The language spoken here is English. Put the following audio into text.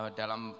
dalam